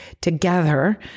together